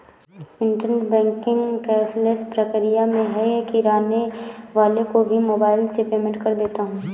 internet banking cashless प्रक्रिया है मैं किराने वाले को भी मोबाइल से पेमेंट कर देता हूँ